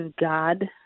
God